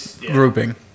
grouping